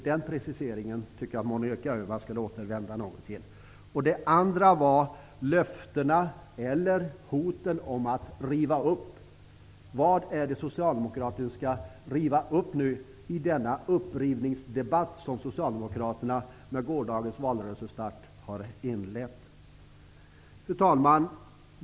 Den preciseringen tycker jag att Monica Öhman något skall återkomma till. Den andra punkten gällde löftena, eller hoten, om att ''riva upp''. Vad är det som Socialdemokraterna skall riva upp i denna upprivningsdebatt som Socialdemokraterna i och med gårdagens start av valrörelsen har inlett? Fru talman!